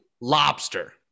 lobster